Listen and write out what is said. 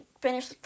finish